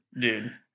dude